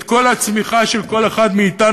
את כל הצמיחה של כל אחד מאתנו,